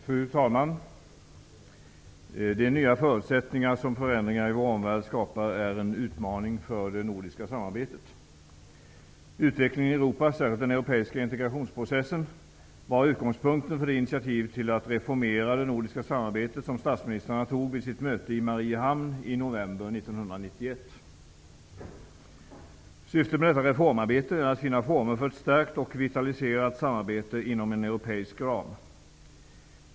Fru talman! De nya förutsättningar som förändringar i vår omvärld skapar är en utmaning för det nordiska samarbetet. Utvecklingen i Europa, särskilt den europeiska integrationsprocessen, var utgångspunkten för det initiativ till att reformera det nordiska samarbetet som statsministrarna tog vid sitt möte i Mariehamn i november 1991. Syftet med detta reformarbete är att finna former för ett stärkt och vitaliserat samarbete inom en europeisk ram.